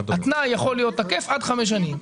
התנאי יכול להיות תקף עד חמש שנים.